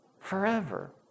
forever